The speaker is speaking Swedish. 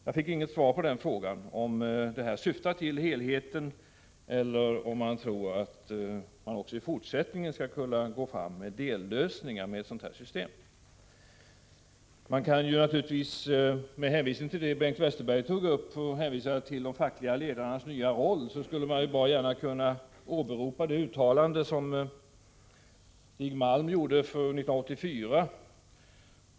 Jag fick inget svar på frågan om detta syftar till helheten eller om man tror att man också i fortsättningen, med ett sådant här system, skall kunna gå fram med dellösningar. Man kan naturligtvis, med hänvisning till det Bengt Westerberg tog upp om de fackliga ledarnas nya roll, gärna åberopa det uttalande som Stig Malm gjorde 1984.